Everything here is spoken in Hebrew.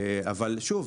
אבל שוב,